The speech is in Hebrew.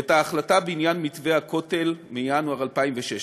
את ההחלטה בעניין מתווה הכותל מינואר 2016,